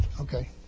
Okay